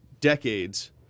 decades